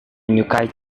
menyukai